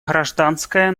гражданское